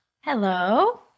Hello